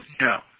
No